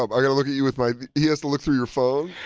um i gotta look at you with my he has to look through your phone.